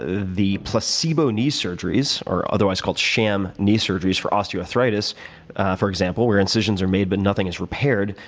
the placebo knee surgeries or otherwise called sham knee surgeries for osteoarthritis for example. where incisions are made, but nothing is repaired,